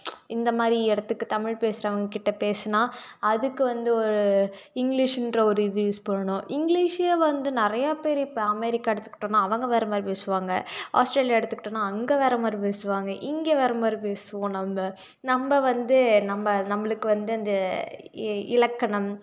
இந்த மாதிரி இடத்துக்கு தமிழ் பேசுகிறவங்கக்கிட்ட பேசுனால் அதுக்கு வந்து ஒரு இங்கிலிஷின்ற ஒரு இது யூஸ் பண்ணணும் இங்கிலிஷே வந்து நிறையா பேர் இப்போ அமெரிக்கா எடுத்துக்கிட்டோன்னால் அவங்க வேறே மாதிரி பேசுவாங்க ஆஸ்திரேலியா எடுத்துக்கிட்டோன்னால் அங்கே வேறே மாதிரி பேசுவாங்க இங்க வேறே மாதிரி பேசுவோம் நம்ம நம்ம வந்து நம்ம நம்மளுக்கு வந்து அந்த இ இலக்கணம்